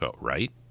right